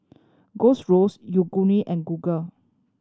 Golds Roast Yoguru and Google